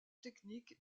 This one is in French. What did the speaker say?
technique